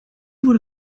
wurde